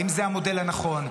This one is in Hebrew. אם זה המודל הנכון,